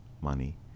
money